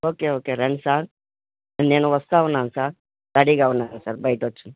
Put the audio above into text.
okay okay రండి sir నేను వస్తూ ఉన్నాను సార్ రెడీగా ఉన్నాను సార్ బయటకి వచ్చి